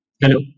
Hello